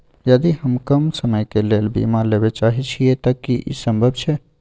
यदि हम कम समय के लेल बीमा लेबे चाहे छिये त की इ संभव छै?